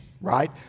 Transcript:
right